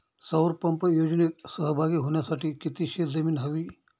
सौर पंप योजनेत सहभागी होण्यासाठी किती शेत जमीन हवी?